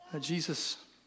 Jesus